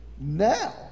Now